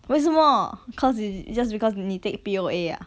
为什么 cause you just because 你 take P_O_A ah